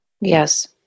Yes